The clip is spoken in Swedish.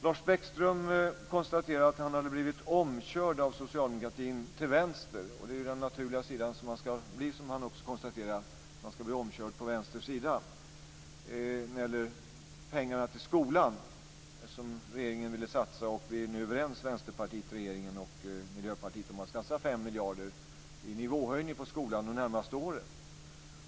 Lars Bäckström konstaterade att han hade blivit omkörd av socialdemokratin till vänster. Det är den naturliga sidan, vilket han också konstaterar. Det gäller pengarna till skolan. Vänsterpartiet, regeringen och Miljöpartiet är nu överens om att satsa 5 miljarder på en nivåhöjning i skolan de närmaste åren.